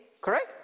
correct